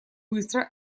быстро